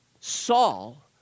saul